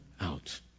out